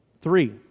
Three